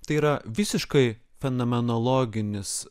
tai yra visiškai fenomenologinis